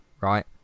right